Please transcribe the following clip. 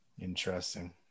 interesting